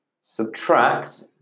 Subtract